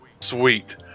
sweet